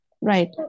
right